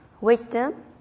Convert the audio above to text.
Wisdom